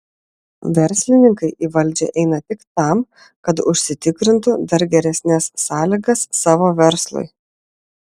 verslininkai į valdžią eina tik tam kad užsitikrintų dar geresnes sąlygas savo verslui